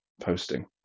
posting